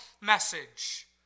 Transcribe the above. message